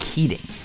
Keating